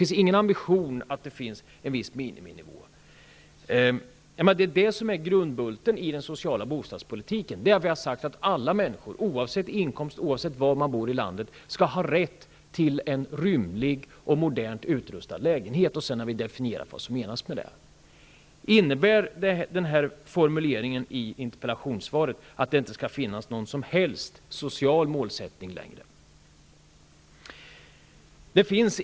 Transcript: Finns det någon ambition om en viss miniminivå? Grundbulten i den socila bostadspoliiken är att alla människor, oavsett inkomst och oavsett var man bor i landet, skall ha rätt till en rymlig och modernt utrustad lägenhet. Sedan har vi definierat vad som menas med detta. Innebär formuleringen i interpellationssvaret att det inte längre skall finnas någon som helst social målsättning?